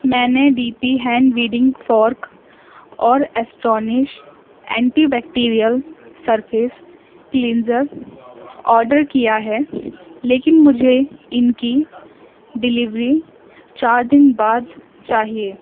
میں نے D P hand weeding fork اور Astonish antibacterial surface cleanser order کیا ہے لیکن مجھے ان کی ڈلیوری چار دن بعد چاہیے